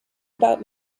about